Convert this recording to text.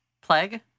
Plague